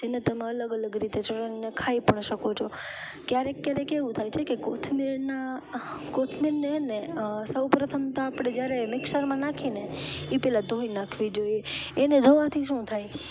જેને તમે અલગ અલગ રીતે ચટણીને તમે ખાઈ પણ શકો છો ક્યારેક ક્યારેક એવું થાય છે કે કોથમીરના કોથમીરને ને સૌ પ્રથમ તો આપણે જ્યારે મિક્સરમાં નાખીને એ પહેલા ધોઈ નાખવી જોઈએ એને ધોવાથી શું થાય